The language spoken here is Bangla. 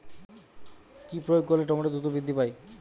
কি প্রয়োগ করলে টমেটো দ্রুত বৃদ্ধি পায়?